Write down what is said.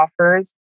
offers